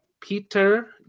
Peter